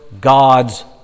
God's